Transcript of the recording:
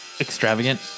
extravagant